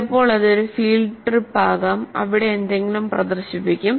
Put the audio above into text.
ചിലപ്പോൾ ഇത് ഒരു ഫീൽഡ് ട്രിപ്പ് ആകാം അവിടെ എന്തെങ്കിലും പ്രദർശിപ്പിക്കും